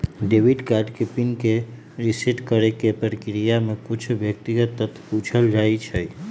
debit card के PIN के reset करेके प्रक्रिया में कुछ व्यक्तिगत तथ्य पूछल जाइ छइ